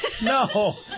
No